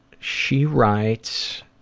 she writes,